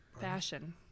Fashion